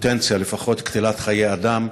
בפוטנציה לפחות, קטילת חיי אדם.